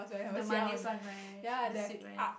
the manis one right the sweet one